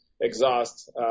exhaust